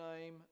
name